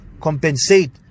compensate